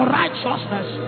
righteousness